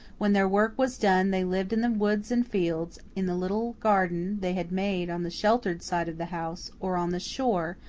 when their work was done they lived in the woods and fields, in the little garden they had made on the sheltered side of the house, or on the shore,